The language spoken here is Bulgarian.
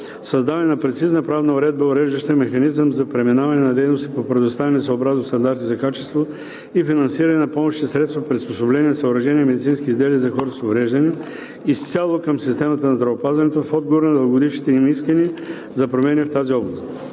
създаване на прецизна правна уредба, уреждаща механизъм за преминаване на дейностите по предоставяне съобразно стандарти за качество и финансиране на помощни средства, приспособления, съоръжения и медицински изделия за хората с увреждания изцяло към системата на здравеопазването в отговор на дългогодишните им искания за промени в тази област.